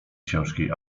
ciężkiej